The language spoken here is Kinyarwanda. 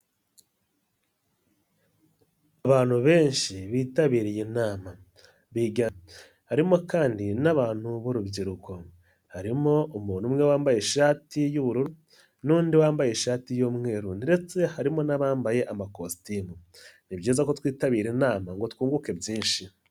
Abantu benshi bitabiriye inama harimo kandi n'abantu b'urubyiruko, harimo umuntu umwe wambaye ishati y'ubururu n'undi wambaye ishati y'umweru, ndetse harimo n'abambaye amakositimu. Ni byiza ko twitabira inama ngo twunguke byinshi.